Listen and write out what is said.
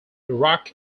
iraq